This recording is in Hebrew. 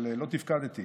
אבל לא תפקדתי.